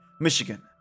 Michigan